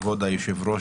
כבוד היושב-ראש,